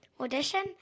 audition